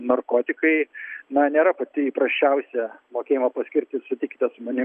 narkotikai na nėra pati įprasčiausia mokėjimo paskirtis sutikite su manim